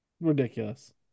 Ridiculous